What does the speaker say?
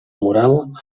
moral